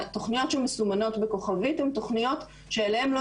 התוכניות שמסומנות בכוכבית הן תוכניות שאליהן לא